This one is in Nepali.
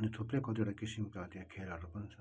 अनि थुप्रै कतिवटा किसिमका त्यहाँ खेलहरू पनि छ